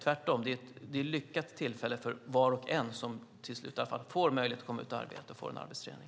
Det är tvärtom ett lyckat tillfälle för var och en som till slut får en möjlighet att komma ut och arbeta och får arbetsträning.